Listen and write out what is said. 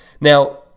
Now